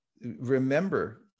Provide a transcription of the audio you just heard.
remember